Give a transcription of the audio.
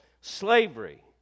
Slavery